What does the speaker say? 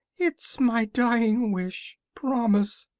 it's my dying wish. promise!